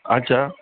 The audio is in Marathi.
अच्छा